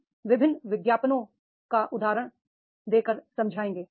हम विभिन्न विज्ञापनों का उदाहरण देकर समझाएं